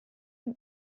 dem